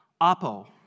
Apo